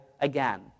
again